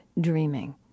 dreaming